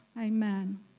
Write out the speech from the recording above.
Amen